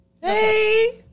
Hey